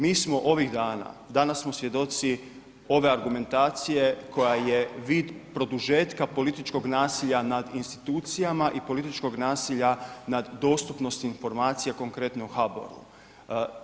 Mi smo ovih dana, danas smo svjedoci ove argumentacije koja je vid produžetka političkog nasilja nad institucijama i političkog nasilja nad dostupnosti informacija konkretno u HBOR-u.